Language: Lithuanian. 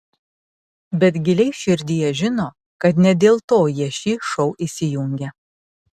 bet giliai širdyje žino kad ne dėl to jie šį šou įsijungia